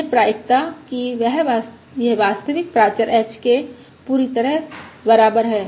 यह प्रायिकता कि यह वास्तविक प्राचर h के पूरी तरह बराबर है